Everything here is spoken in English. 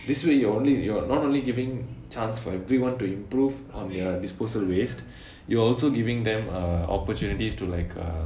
this way you're only you're not only giving chance for everyone to improve on their disposal waste you're also giving them uh opportunities to like uh